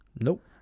nope